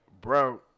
bro